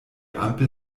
ampel